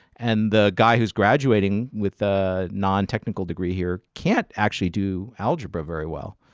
and the guy who's graduating with the non-technical degree here can't actually do algebra very well.